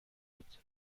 بود